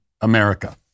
America